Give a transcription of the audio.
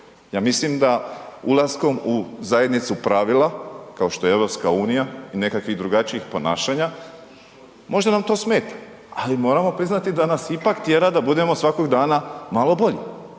Ja mislim da ulaskom u zajednicu pravila kao što je EU i nekakvih drugačijih ponašanja možda nam to smeta ali moramo priznati da nas ipak tjera da budemo svakog dana malo bolji,